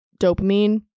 dopamine